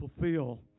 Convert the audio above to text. fulfill